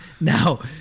Now